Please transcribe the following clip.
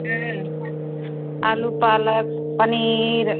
आलू पालक पनीर